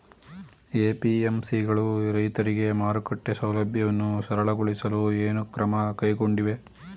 APMC ಗಳು ರೈತರಿಗೆ ಮಾರುಕಟ್ಟೆ ಸೌಲಭ್ಯವನ್ನು ಸರಳಗೊಳಿಸಲು ಏನು ಕ್ರಮ ಕೈಗೊಂಡಿವೆ?